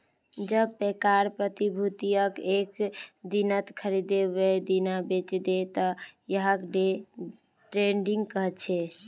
जब पैकार प्रतिभूतियक एक दिनत खरीदे वेय दिना बेचे दे त यहाक डे ट्रेडिंग कह छे